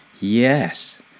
Yes